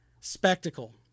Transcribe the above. spectacle